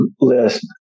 list